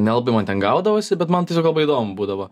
nelabai man ten gaudavosi bet man tiesiog labai įdomu būdavo